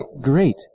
great